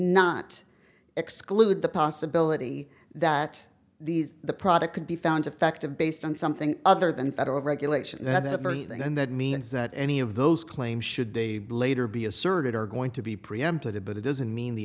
not exclude the possibility that these the product could be found defective based on something other than federal regulation that's the first thing and that means that any of those claims should be later be asserted are going to be preempted but it doesn't mean the